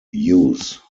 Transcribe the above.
use